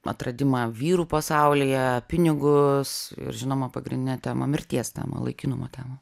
atradimą vyrų pasaulyje pinigus ir žinoma pagrindinė tema mirties tema laikinumo tema